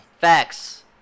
Facts